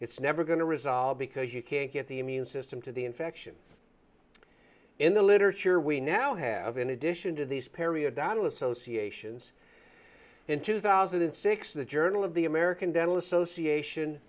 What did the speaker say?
it's never going to resolve because you can't get the immune system to the infection in the literature we now have in addition to these periodontal associations in two thousand and six the journal of the american dental association